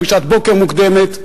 או בשעת בוקר מוקדמת,